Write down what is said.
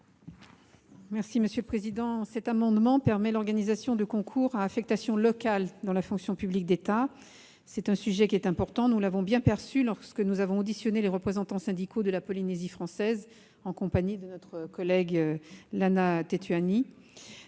de la commission ? Cet amendement tend à permettre l'organisation de concours à affectation locale dans la fonction publique d'État. Il s'agit d'un sujet important ; nous l'avons bien perçu lorsque nous avons entendu les représentants syndicaux de la Polynésie française, en compagnie de notre collègue Lana Tetuanui.